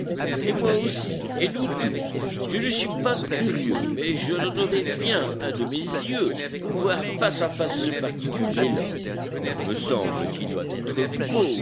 et moi aussi et nous tous je ne suis pas curieux mais je donnerais bien un de mes yeux pour voir face à face ce particulier là il me semble qu'il doit être beau